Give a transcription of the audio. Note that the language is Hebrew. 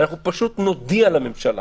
פשוט נודיע לממשלה